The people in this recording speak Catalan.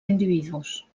individus